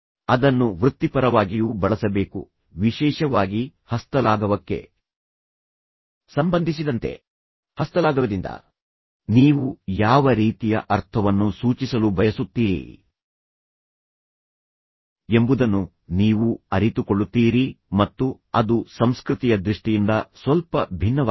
ಅದನ್ನು ವೃತ್ತಿಪರವಾಗಿಯೂ ಬಳಸಬೇಕು ವಿಶೇಷವಾಗಿ ಹಸ್ತಲಾಘವಕ್ಕೆ ಸಂಬಂಧಿಸಿದಂತೆ ಹಸ್ತಲಾಘವದಿಂದ ನೀವು ಯಾವ ರೀತಿಯ ಅರ್ಥವನ್ನು ಸೂಚಿಸಲು ಬಯಸುತ್ತೀರಿ ಎಂಬುದನ್ನು ನೀವು ಅರಿತುಕೊಳ್ಳುತ್ತೀರಿ ಮತ್ತು ಅದು ಸಂಸ್ಕೃತಿಯ ದೃಷ್ಟಿಯಿಂದ ಸ್ವಲ್ಪ ಭಿನ್ನವಾಗಿದೆ